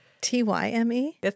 T-Y-M-E